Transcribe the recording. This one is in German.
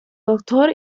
doktor